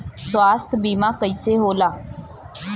स्वास्थ्य बीमा कईसे होला?